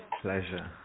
pleasure